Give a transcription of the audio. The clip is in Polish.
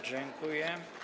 Dziękuję.